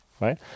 right